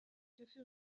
café